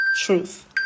truth